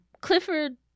Clifford